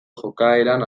jokaeran